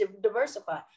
diversify